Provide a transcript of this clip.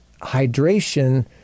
hydration